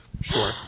Sure